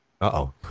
Uh-oh